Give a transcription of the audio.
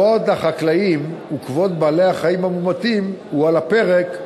כבוד החקלאים וכבוד בעלי-החיים המומתים עומד בה על הפרק.